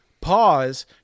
pause